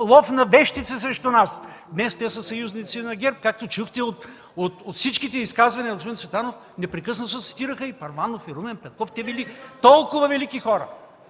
лов на вещици срещу нас. Днес те са съюзници на ГЕРБ, както чухте от всичките изказвания на господин Цветанов – непрекъснато се цитираха и Първанов, и Румен Петков – те били толкова велики хора.